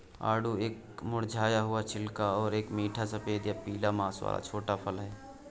आड़ू एक मुरझाया हुआ छिलका और एक मीठा सफेद या पीला मांस वाला छोटा फल है